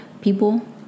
people